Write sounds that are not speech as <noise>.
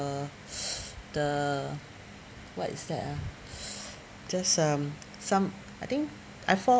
the <noise> the what is that ah <noise> just um some I think I fall